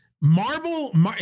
Marvel